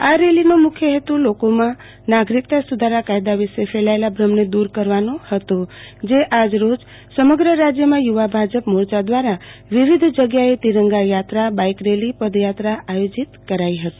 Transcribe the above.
આ રેલીનો મુખ્ય હેતુ લોકોમાંનાગરીકતા સુ ધારા કાયદા વિશે ફેલાયેલા ભ઼મને દુર કરવાનો હતો જે આજ રોજ સમગ્ર રાજયમાં યુ વા ભાજપ મોરચા દ્રારા વિવિધ જગ્યાએ તિરંગા યાત્રાબાઈક રેલીપદયાત્રા આયોજીત કરાઈ હતી